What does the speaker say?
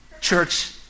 Church